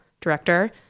director